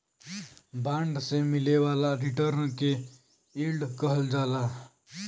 bond से मिले वाला रिटर्न के यील्ड कहल जाला